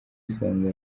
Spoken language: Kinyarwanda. isonga